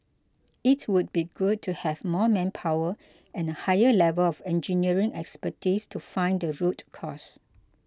it would be good to have more manpower and a higher level of engineering expertise to find the root cause